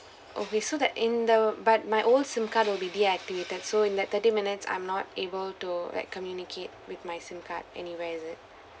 oh so that in the but my old SIM card will be deactivated so in that thirty minutes I'm not able to like communicate with my SIM card anywhere is it